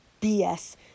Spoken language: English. BS